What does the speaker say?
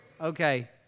Okay